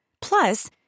Plus